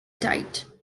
died